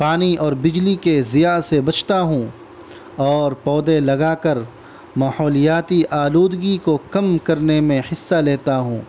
پانی اور بجلی کے زیاں سے بچتا ہوں اور پودے لگا کر ماحولیاتی آلودگی کو کم کرنے میں حصہ لیتا ہوں